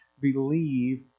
believe